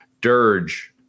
Dirge